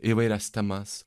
įvairias temas